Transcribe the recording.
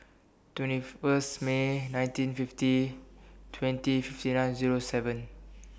twenty First May nineteen fifty twenty fifty nine Zero seven